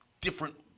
different